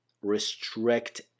restrict